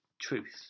truth